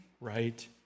right